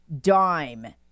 dime